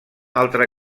altra